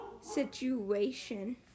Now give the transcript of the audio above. situation